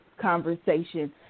conversation